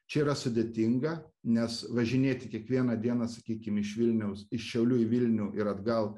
čia yra sudėtinga nes važinėti kiekvieną dieną sakykim iš vilniaus iš šiaulių į vilnių ir atgal